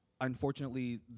Unfortunately